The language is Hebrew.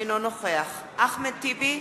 אינו נוכח אחמד טיבי,